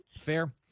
Fair